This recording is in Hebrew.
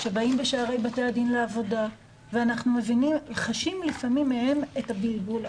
שבאים בשערי בתי הדין לעבודה ואנחנו חשים לפעמים מהם את הבלבול.